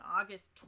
August